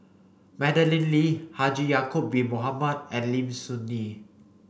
Madeleine Lee Haji Ya'acob bin Mohamed and Lim Soo Ngee